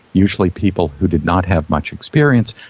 usually people who did not have much experience.